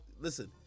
Listen